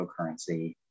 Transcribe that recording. cryptocurrency